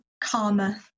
karma